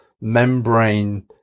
membrane